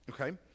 okay